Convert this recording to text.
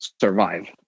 survive